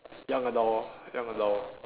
young adult lor young adult